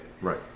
Right